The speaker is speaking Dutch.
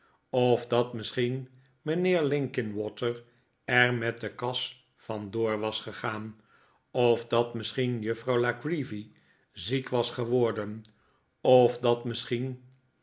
of dat misschien mijnheer linkinwater er met de kas vandoor was gegaan of dat misschien juffrouw la creevy ziek was geworden of dat misschien